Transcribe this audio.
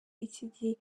iki